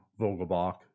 Vogelbach